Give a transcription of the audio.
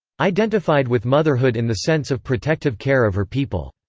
identified with motherhood in the sense of protective care of her people.